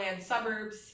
suburbs